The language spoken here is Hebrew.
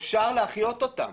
אפשר להחיות אותם.